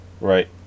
right